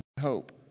hope